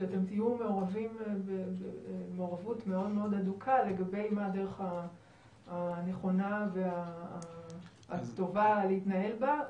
שאתם תהיו במעורבות הדוקה מאוד לגבי מה הדרך הנכונה והטובה להתנהל בה.